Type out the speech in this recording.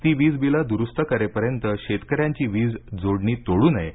ती वीज बिलं द्रूस्त करेपर्यंत शेतकऱ्यांची वीज जोडणी तोडू नये